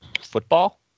football